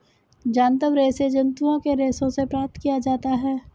जांतव रेशे जंतुओं के रेशों से प्राप्त किया जाता है